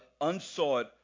unsought